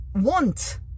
want